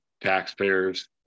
taxpayers